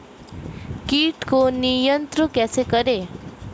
कीट को नियंत्रण कैसे करें?